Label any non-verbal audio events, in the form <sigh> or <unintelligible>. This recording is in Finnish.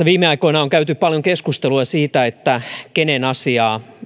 <unintelligible> viime aikoina on käyty paljon keskustelua siitä kenen asiaa